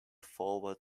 forward